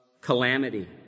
calamity